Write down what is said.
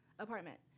apartment